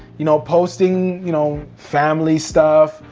you know, posting, you know, family stuff,